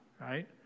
right